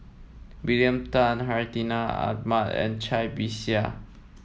William Tan Hartinah Ahmad and Cai Bixia